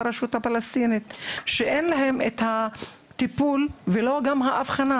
אין להם את האבחנה